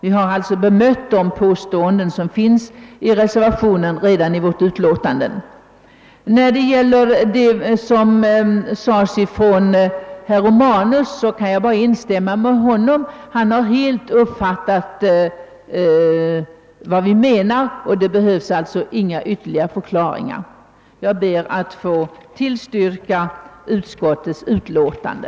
Vi har med andra ord bemött reservationens påståenden redan i utskottsutlåtandet. Herr Romanus” yttrande kan jag helt instämma i. Han har helt och hållet uppfattat vad vi menar, och det krävs alltså inte några ytterligare förklaringär: Jag ber att få tillstyrka utskottets utlåtande.